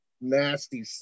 nasty